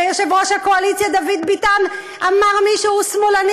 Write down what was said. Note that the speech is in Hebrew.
ויושב-ראש הקואליציה דוד ביטן אמר: מישהו שמאלני,